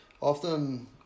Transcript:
Often